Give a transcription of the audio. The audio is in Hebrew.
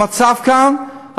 המצב כאן,